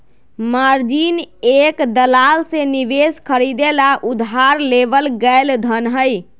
margin एक दलाल से निवेश खरीदे ला उधार लेवल गैल धन हई